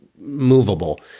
movable